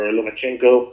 Lomachenko